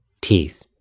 teeth